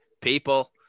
people